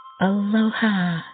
Aloha